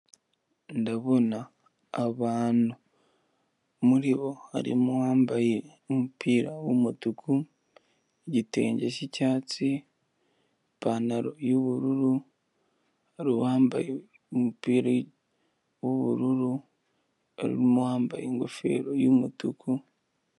Nabona abantu muri bo harimo uwambaye umupira w'umutuku n'igitenge cy'icyatsi ipantaro y'ubururu hari uwambaye umupira wubururumo harimo uwambaye ingofero yumutuku.